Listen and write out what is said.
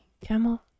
Camel